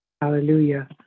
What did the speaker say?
Hallelujah